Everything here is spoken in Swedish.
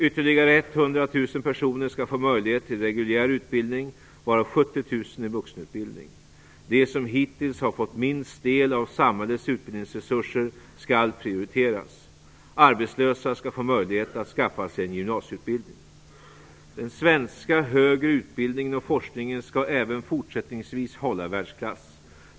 Ytterligare 100 000 personer skall få möjlighet till reguljär utbildning, varav 70 000 i vuxenutbildning. De som hittills har fått minst del av samhällets utbildningsresurser skall prioriteras. Arbetslösa skall få möjlighet att skaffa sig en gymnasieutbildning. Den svenska högre utbildningen och forskningen skall även fortsättningsvis hålla världsklass.